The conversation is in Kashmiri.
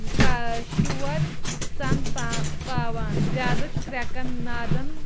کَا شور ژَن پا پاوان زِیادٕ کَریٚکہٕ نادَن